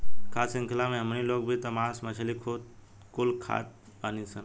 खाद्य शृंख्ला मे हमनी लोग भी त मास मछली कुल खात बानीसन